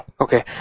Okay